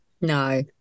No